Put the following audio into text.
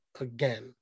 again